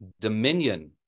dominion